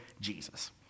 Jesus